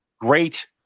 great